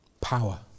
power